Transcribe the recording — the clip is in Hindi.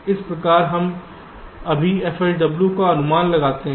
इस प्रकार हम अभी fSW का अनुमान लगाते हैं